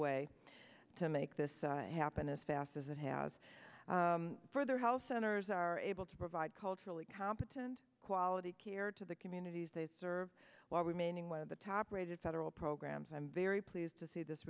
way to make this happen as fast as it has for their health centers are able to provide culturally competent quality care to the communities they serve while remaining one of the top rated federal programs i'm very pleased to see this